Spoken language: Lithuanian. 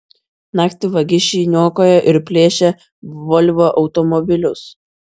naktį vagišiai niokojo ir plėšė volvo automobilius